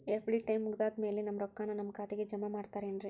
FD time ಮುಗಿದಾದ್ ಮ್ಯಾಲೆ ನಮ್ ರೊಕ್ಕಾನ ನಮ್ ಖಾತೆಗೆ ಜಮಾ ಮಾಡ್ತೇರೆನ್ರಿ?